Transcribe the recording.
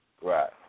Right